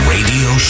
Radio